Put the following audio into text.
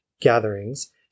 gatherings